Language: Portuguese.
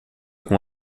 com